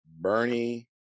Bernie